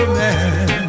man